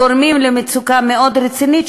גורמים למצוקה מאוד רצינית,